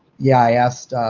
yeah, i asked,